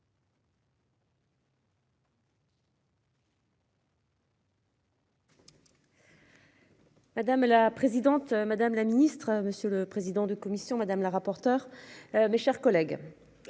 Madame la présidente, madame la ministre, monsieur le président de commission, madame la rapporteure. Mes chers collègues.